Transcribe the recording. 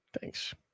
Thanks